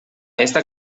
esta